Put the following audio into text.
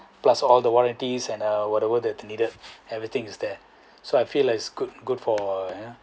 plus all the warranty and uh whatever there are needed everything is there so I feel as good good for you know